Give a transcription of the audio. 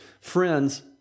friends